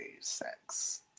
sex